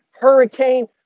hurricane